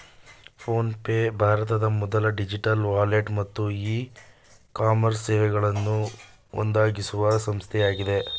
phone pay ಭಾರತದ ಮೊದಲ digital wallet ಮತ್ತು ಇ ಕಾಮರ್ಸ್ ಸೇವೆಗಳನ್ನು ಒದಗಿಸುವ ಸಂಸ್ಥೆಯಾಗಿದೆ